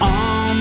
on